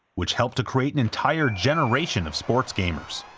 which helped to create an entire generation of sports gamers.